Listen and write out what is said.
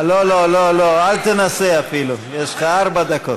לא, לא, לא, אל תנסה אפילו, יש לך ארבע דקות.